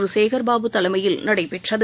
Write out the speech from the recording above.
பிகேசேகர் பாபு தலைமையில் நடைபெற்றது